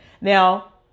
Now